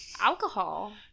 Alcohol